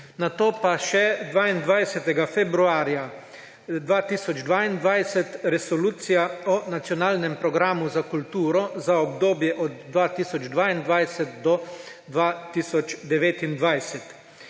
nato pa še 22. februarja 2022 Resolucija o nacionalnem programu za kulturo za obdobje od 2022 do 2029.